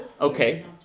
Okay